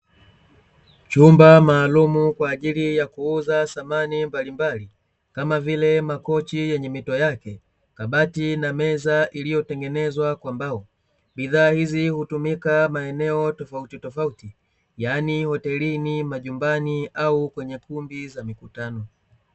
Chumba maalumu kwa ajili ya kuuza samani mbalimbali, kama vile makochi yenye mito yake, kabati na meza iliyotengenezwa kwa mbao. Bidhaa hizi hutumika maenoeo tofautitofauti, yaani hotelini, majumbani au kwenye kumbi za mikutano.